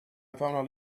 found